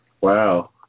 Wow